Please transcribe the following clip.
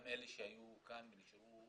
גם אלה שהיו כאן ונשארו,